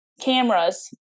cameras